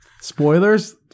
Spoilers